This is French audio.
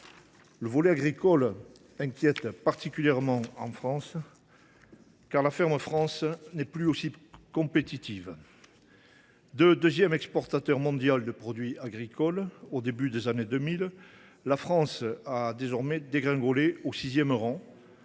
Le volet agricole inquiète particulièrement en France, car la ferme France n’est plus aussi compétitive. De deuxième exportateur mondial de produits agricoles au début des années 2000, la France a dégringolé et se situe